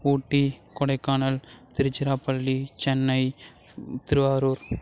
Ooty Kodaikanal Tiruchirappalli Chennai Thiruvarur